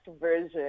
version